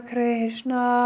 Krishna